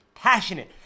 passionate